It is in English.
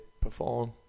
perform